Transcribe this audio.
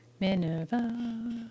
Minerva